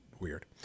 Weird